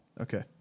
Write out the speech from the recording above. Okay